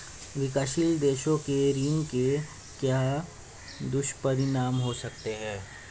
विकासशील देशों के ऋण के क्या दुष्परिणाम हो सकते हैं?